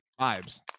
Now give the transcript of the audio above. vibes